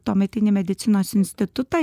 tuometinį medicinos institutą